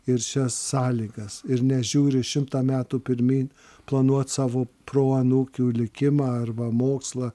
ir šias sąlygas ir nežiūri šimtą metų pirmyn planuot savo proanūkių likimą arba mokslą